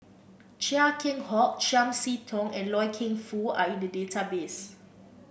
Chia Keng Hock Chiam See Tong and Loy Keng Foo are in the database